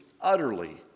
utterly